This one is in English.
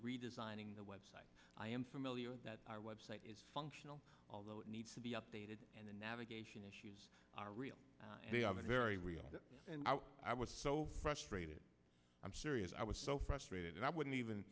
redesigning the website i am familiar with that our website is functional although it needs to be updated and the navigation issues are real and they are very real and i was so frustrated i'm serious i was so frustrated and i wouldn't even